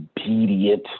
obedient